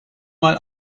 mal